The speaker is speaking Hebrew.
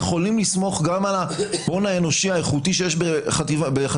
יכולים לסמוך גם על ההון האנושי האיכותי שיש בחטיבת